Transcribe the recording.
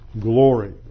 glory